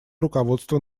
руководство